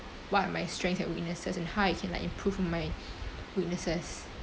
what my strength and weaknesses and how I can like improve on my weaknesses